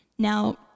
Now